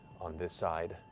on this side,